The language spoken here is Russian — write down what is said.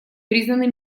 признаны